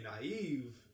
naive